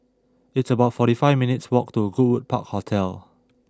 It's about forty five minutes' walk to Goodwood Park Hotel